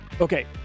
Okay